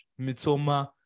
Mitoma